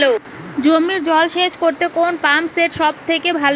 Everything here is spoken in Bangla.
জমিতে জল সেচ করতে কোন পাম্প সেট সব থেকে ভালো?